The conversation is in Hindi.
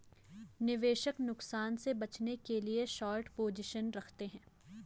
निवेशक नुकसान से बचने के लिए शार्ट पोजीशन रखते है